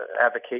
advocate